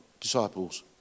disciples